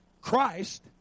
Christ